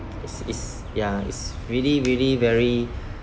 is is ya is really really very